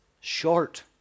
short